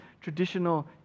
traditional